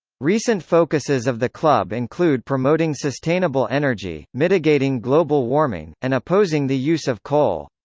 recent focuses of the club include promoting sustainable energy, mitigating global warming, and opposing the use of coal.